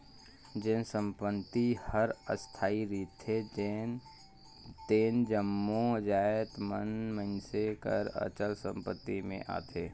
जेन संपत्ति हर अस्थाई रिथे तेन जम्मो जाएत मन मइनसे कर अचल संपत्ति में आथें